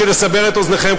בשביל לסבר את אוזנכם,